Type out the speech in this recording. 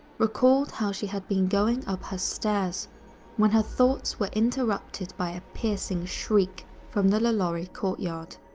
recalled how she had been going up her stairs when her thoughts were interrupted by a piercing shriek from the lalaurie courtyard.